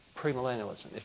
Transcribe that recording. premillennialism